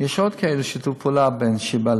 יש עוד כאלה, שיתוף פעולה עם שיבא,